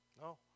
no